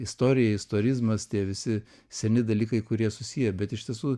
istorija istorizmas tie visi seni dalykai kurie susiję bet iš tiesų